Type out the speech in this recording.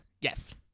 yes